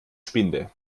spinde